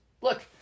look